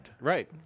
Right